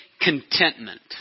contentment